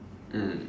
mm